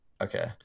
Okay